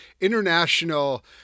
international